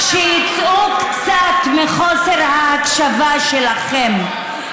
שיצאו קצת מחוסר ההקשבה שלכם.